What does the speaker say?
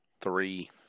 three